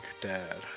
dad